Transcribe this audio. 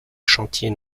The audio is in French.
chantier